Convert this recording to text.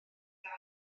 gael